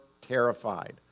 terrified